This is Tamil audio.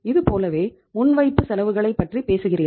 இதுபோலவே முன்வைப்பு செலவுகளை பற்றி பேசுகிறீர்கள்